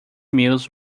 mills